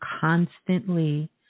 constantly